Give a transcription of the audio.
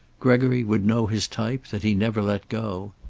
gregory would know his type, that he never let go.